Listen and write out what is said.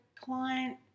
client